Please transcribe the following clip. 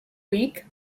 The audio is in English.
week